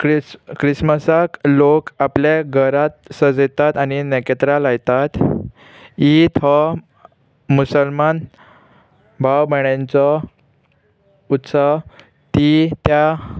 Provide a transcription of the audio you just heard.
क्रिस क्रिसमसाक लोक आपल्या घरांत सजयतात आनी नखेत्रां लायतात ईद हो मुसलमान भाव भण्याचो उत्सव ती त्या